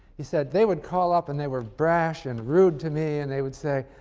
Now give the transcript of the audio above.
he said they would call up and they were brash and rude to me and they would say,